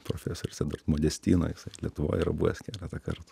profesorius edvard modestino jisai lietuvoj yra buvęs keletą kartų